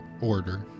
Order